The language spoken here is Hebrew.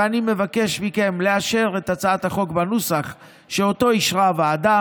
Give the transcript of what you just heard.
ואני מבקש מכם לאשר את הצעת החוק בנוסח שאישרה הוועדה